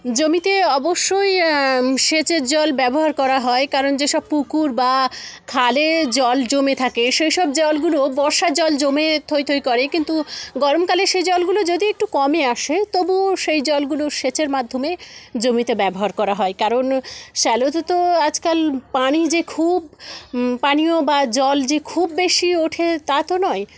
জমিতে অবশ্যই সেচের জল ব্যবহার করা হয় কারণ যেসব পুকুর বা খালে জল জমে থাকে সেসব জলগুলো বর্ষার জল জমে থই থই করে কিন্তু গরমকালে সেই জলগুলো যদি একটু কমে আসে তবুও সেই জলগুলো সেচের মাধ্যমে জমিতে ব্যবহার করা হয় কারণ শ্যালোতে তো আজকাল পানি যে খুব পানীয় বা জল যে খুব বেশি ওঠে তা তো নয়